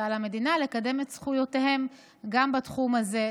ועל המדינה לקדם את זכויותיהם גם בתחום הזה,